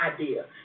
idea